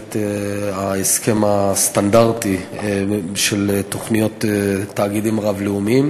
ההסכם הסטנדרטי של תוכניות תאגידים רב-לאומיים.